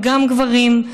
וגם גברים,